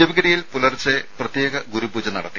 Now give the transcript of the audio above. ശിവഗിരിയിൽ പുലർച്ചെ പ്രത്യേക ഗുരുപൂജ നടത്തി